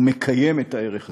ומקיים את הערך הזה.